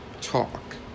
talk